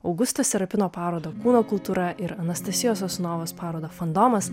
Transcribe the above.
augusto serapino parodą kūno kultūra ir anastasijos sosunovos parodą fandomas